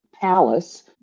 palace